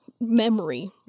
memory